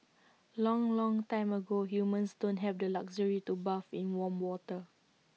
long long time ago humans don't have the luxury to bathe in warm water